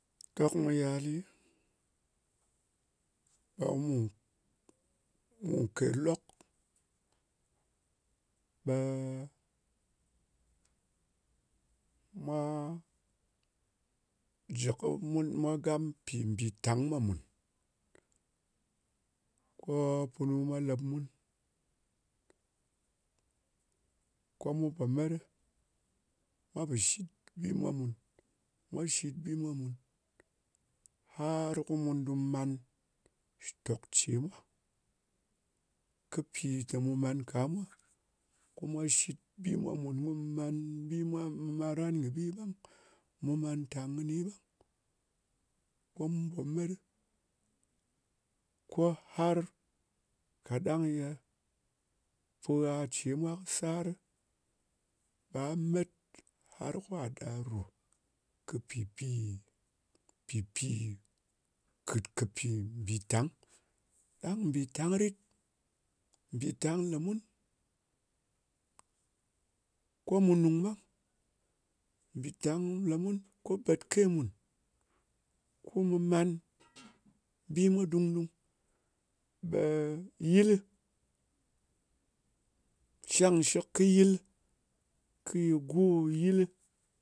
Dok mu yali, ɓe mu ke lok ɓe mwa jɨ kɨ mun. Mwa gam pì mbì tang mwa mùn. Ko punu mwa lep mun, ko mu po met ɗɨ. Mwa pò shit kɨ bi mwa mùn. Mwa shit bi mwa mùn, har ko mu du man shitòk ce mwa, kɨ pi te mu man ka mwa. Ko mwa shit bi mwa mùn kum man bi mwa. Mu man ran kɨ bi ɓang. Mu man tang kɨn mi ɓang. Ko mu pò met ɗɨ, ko har kaɗang yē pu gha ce mwa kɨ sar, ɓe met har ka da rù kɨ pɨpi, pɨpi kɨt kɨ pì mbìtang. Mbìtang rit. Mbìtang le mun ko mu nung ɓang. Mbìtang le mun ko bèt ke mùn, ko mu man bi mwa dung-dung. Ɓe yɨlɨ, shang shɨk kɨ yɨlɨ. Kɨ ye go kɨ yɨlɨ,